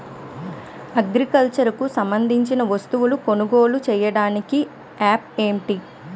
Agriculture కు సంబందించిన వస్తువులను కొనుగోలు చేయటానికి యాప్లు ఏంటి?